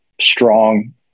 strong